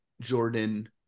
jordan